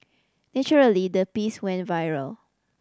naturally the piece went viral